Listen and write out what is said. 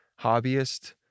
hobbyist